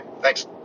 thanks